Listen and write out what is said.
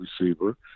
receiver